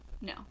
no